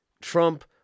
Trump